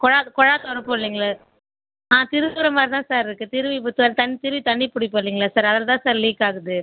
கொழாய் கொழாய் திறப்போம் இல்லைங்களா ஆமாம் திருகிற மாதிரி தான் சார் இருக்குது திருகி இப்போ திருகி தண்ணி பிடிப்போம் இல்லைங்களா சார் அதில் தான் சார் லீக் ஆகுது